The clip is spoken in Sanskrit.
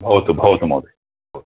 भवतु भवतु महोदय भवतु